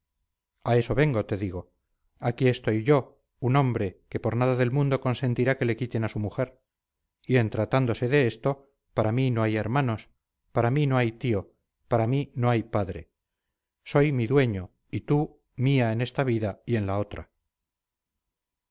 a eso vengo te digo aquí estoy yo un hombre que por nada del mundo consentirá que le quiten a su mujer y en tratándose de esto para mí no hay hermanos para mí no hay tío para mí no hay padre soy mi dueño y tú mía en esta vida y en la otra